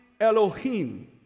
Elohim